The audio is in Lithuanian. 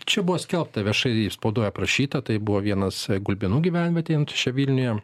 čia buvo skelbta viešai spaudoj aprašyta tai buvo vienas gulbinų gyvenvietėj čia vilniuje